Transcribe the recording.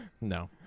no